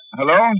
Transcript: hello